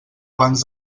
abans